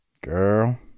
Girl